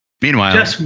Meanwhile